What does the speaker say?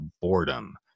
boredom